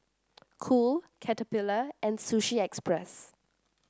Cool Caterpillar and Sushi Express